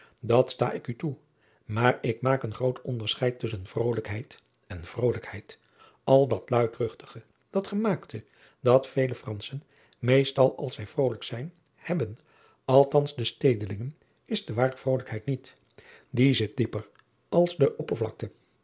dat sta ik u toe maar ik maak een groot onderscheid tusschen vrolijkheid en vrolijkheid l dat luidruchtige dat gemaakte dat vele ranschen meestal als zij vrolijk zijn hebben althans de stedelingen is de ware vrolijkheid niet ie zit dieper als de oppervlakte